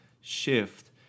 shift